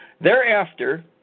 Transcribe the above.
Thereafter